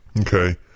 Okay